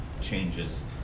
changes